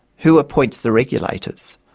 who appoints the regulators?